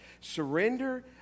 Surrender